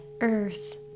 earth